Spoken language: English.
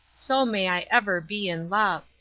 so may i ever be in love.